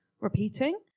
repeating